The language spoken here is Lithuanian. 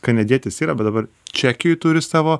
kanadietis yra bet dabar čekijoj turi savo